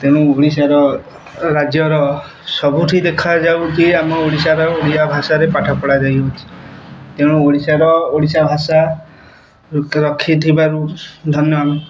ତେଣୁ ଓଡ଼ିଶାର ରାଜ୍ୟର ସବୁଠି ଦେଖାଯାଉଛି ଆମ ଓଡ଼ିଶାର ଓଡ଼ିଆ ଭାଷାରେ ପାଠ ପଢ଼ାଯାଇଛି ତେଣୁ ଓଡ଼ିଶାର ଓଡ଼ିଶା ଭାଷା ରଖିଥିବାରୁ ଧନ୍ୟବାଦ